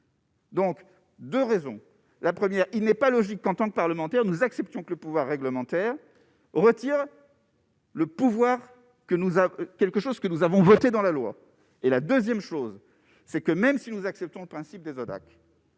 Donc 2 raisons : la première, il n'est pas logique qu'en tant que parlementaires, nous acceptons que le pouvoir réglementaire retire. Le pouvoir que nous avons quelque chose que nous avons voté dans la loi et la 2ème chose c'est que même si nous acceptons le principe des